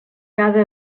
cada